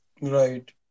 Right